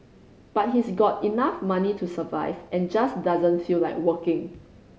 but he's got enough money to survive and just doesn't feel like working